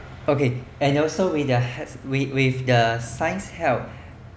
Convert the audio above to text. okay and also with the hea~ with with the science help